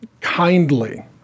kindly